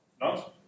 No